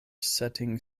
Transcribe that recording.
setting